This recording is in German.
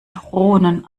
drohnen